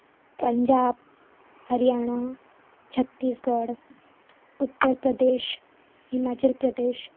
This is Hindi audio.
पंजाब हरियाणा छत्तीसगढ़ उत्तर प्रदेश हिमाचल प्रेदश